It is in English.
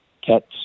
cats